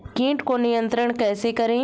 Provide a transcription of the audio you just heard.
कीट को नियंत्रण कैसे करें?